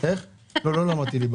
אני לא מבין דבר